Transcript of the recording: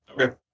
Okay